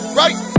right